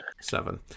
Seven